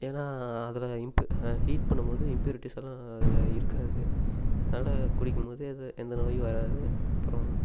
ஏன்னா அதில் இம்ப்பு ஹீட் பண்ணும்போது இம்ப்யூரிட்டிஸ் எல்லாம் அதில் இருக்காது அதனால குடிக்கும்போது அது எந்த நோயும் வராது அப்றோம்